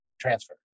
transfer